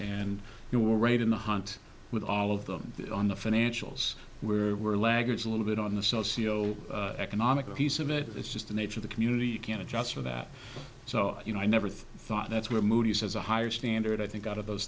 and you were right in the hunt with all of them on the financials where we're laggards a little bit on the socio economic piece of it it's just the nature of the community you can adjust for that so you know i never thought that's where moody's has a higher standard i think out of those